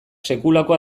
sekulako